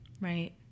Right